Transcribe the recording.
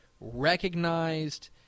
recognized